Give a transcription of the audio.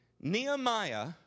Nehemiah